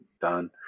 Done